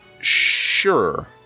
Sure